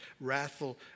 wrathful